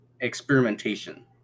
experimentation